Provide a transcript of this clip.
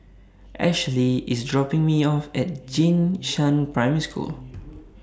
Ashely IS dropping Me off At Jing Shan Primary School